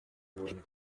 wurden